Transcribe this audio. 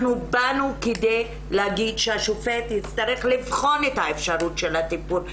אנחנו באנו כדי להגיד שהשופט יצטרך לבחון את האפשרות של הטיפול.